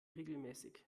regelmäßig